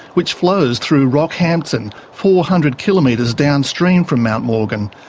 which flows through rockhampton, four hundred kilometres downstream from mt morgan.